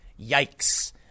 Yikes